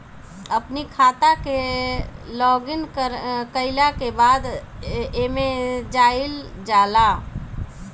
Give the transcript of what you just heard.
अपनी खाता के लॉगइन कईला के बाद एमे जाइल जाला